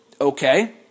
okay